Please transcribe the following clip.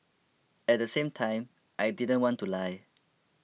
at the same time I didn't want to lie